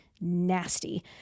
nasty